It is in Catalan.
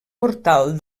portal